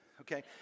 Okay